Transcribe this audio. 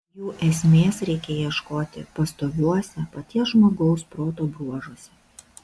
jų esmės reikia ieškoti pastoviuose paties žmogaus proto bruožuose